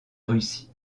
russie